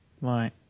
right